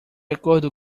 acordo